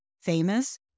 famous